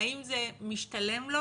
האם זה משתלם לו